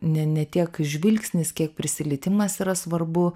ne ne tiek žvilgsnis kiek prisilietimas yra svarbu